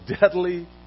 deadly